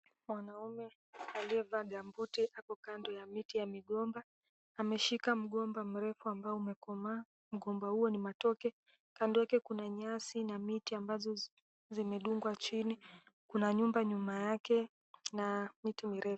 Mwanaume aliyevaa gumbooti ako kando ya miti ya migomba, ameshika mgomba mrefu ambayo imekomaa. Mgomba huo ni matoke kando yake kuna nyasi na miti ambazo zimedungwa chini, kuna nyumba nyuma yake na miti mirefu.